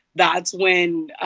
that's when